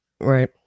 right